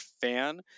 fan